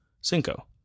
Cinco